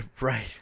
Right